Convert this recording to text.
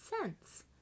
cents